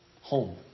home